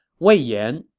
wei yan,